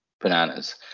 bananas